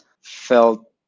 felt